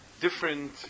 different